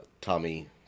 Tommy